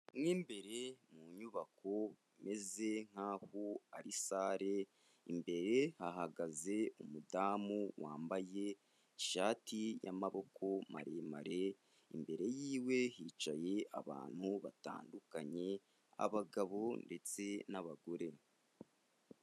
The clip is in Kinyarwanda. Mw'imbere mu nyubako imeze nkaho ari sale, imbere hahagaze umudamu wambaye ishati y'amaboko maremare, imbere yiwe hicaye abantu batandukanye, abagabo ndetse n'abagore.